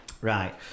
Right